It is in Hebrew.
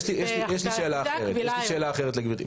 יש לי שאלה לגברתי.